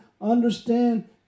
understand